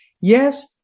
Yes